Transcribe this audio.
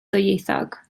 ddwyieithog